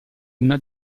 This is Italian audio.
una